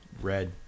red